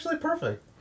perfect